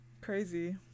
crazy